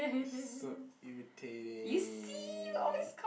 so irritating